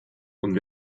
und